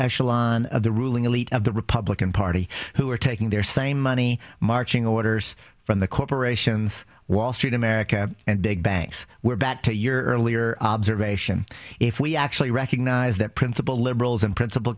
echelon of the ruling of the republican party who are taking their same money marching orders from the corporations wall street america and big banks we're back to your earlier observation if we actually recognize that principle liberals and principle